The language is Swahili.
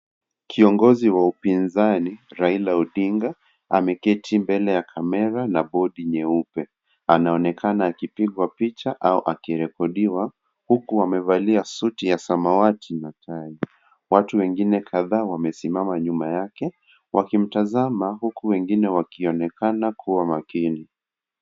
Kiongozi wa upizani Raila Odinga ameketi mbele ya kamera na bodi nyeupe anaonekana akipigwa picha au akirekodiwa huku amevalia suti ya samawati na tai watu wengine kadhaa wamesimama kando yake wakimtazama huku wengine wakionekana kuwa makini.